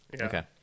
Okay